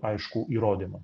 aiškų įrodymą